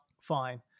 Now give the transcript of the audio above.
fine